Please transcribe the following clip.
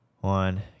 one